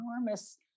enormous